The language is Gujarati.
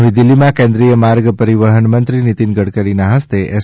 નવી દિલ્હીમાં કેન્દ્રીય માર્ગ પરિવહન મંત્રી નીતિન ગડકરીના હસ્તે એસ